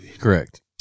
Correct